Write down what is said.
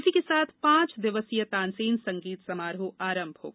इसी के साथ पाँच दिवसीय तानसेन संगीत समारोह आरम्भ होगा